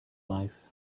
life